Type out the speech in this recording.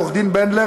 עורכת-דין בנדלר,